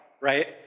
right